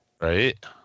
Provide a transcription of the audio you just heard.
Right